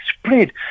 spread